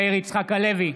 מאיר יצחק הלוי,